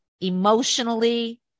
emotionally